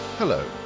Hello